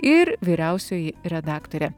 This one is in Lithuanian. ir vyriausioji redaktorė